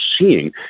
seeing